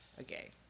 Okay